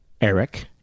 Eric